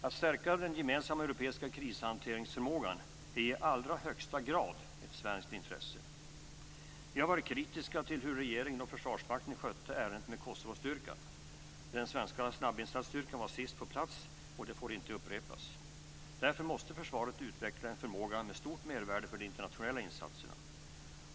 Att stärka den gemensamma europeiska krishanteringsförmågan är i allra högsta grad ett svenskt intresse. Vi har varit kritiska till hur regeringen och Försvarsmakten skötte ärendet med Kosovostyrkan. Den svenska snabbinsatsstyrkan var sist på plats, och det får inte upprepas. Därför måste försvaret utveckla en förmåga med stort mervärde för de internationella insatserna.